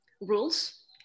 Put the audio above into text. rules